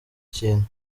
kintu